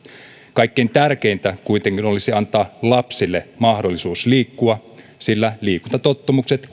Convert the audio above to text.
kaikkein tärkeintä kuitenkin olisi antaa lapsille mahdollisuus liikkua sillä liikuntatottumukset